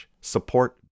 Support